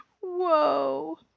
Whoa